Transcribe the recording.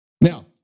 Now